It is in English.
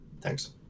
thanks